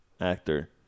actor